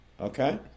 Okay